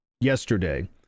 yesterday